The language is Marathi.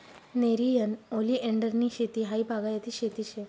नेरियन ओलीएंडरनी शेती हायी बागायती शेती शे